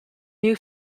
new